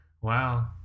Wow